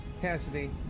Cassidy